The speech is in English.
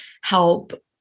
help